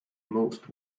most